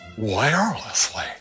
wirelessly